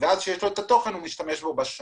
וכשיש לו את התוכן, הוא משתמש בו במשך השנה.